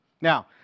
Now